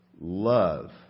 Love